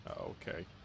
Okay